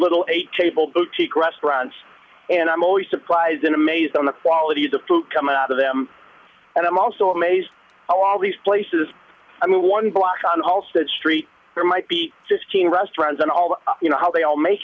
little a table boutique restaurants and i'm always supplies in amaze on the qualities of to come out of them and i'm also amazed how all these places i mean one block on all said street there might be just seen restaurants and all you know how they all make